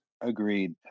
Agreed